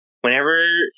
Whenever